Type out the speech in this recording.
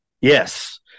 Yes